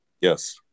Yes